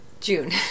June